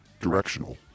directional